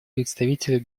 представителю